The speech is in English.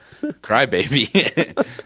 crybaby